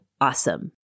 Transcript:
AWESOME